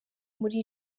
muri